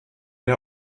der